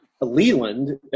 Leland